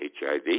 HIV